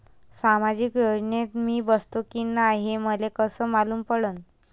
सामाजिक योजनेत मी बसतो की नाय हे मले कस मालूम पडन?